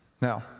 Now